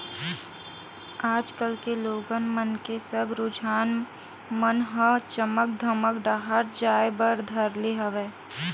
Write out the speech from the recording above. आज कल के लोगन मन के सब रुझान मन ह चमक धमक डाहर जाय बर धर ले हवय